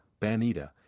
banita